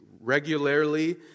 regularly